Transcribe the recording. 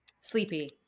Sleepy